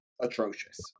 atrocious